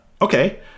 okay